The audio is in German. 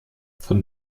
von